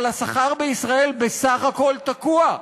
אבל השכר בישראל בסך הכול תקוע.